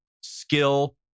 skill